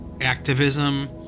activism